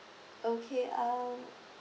okay um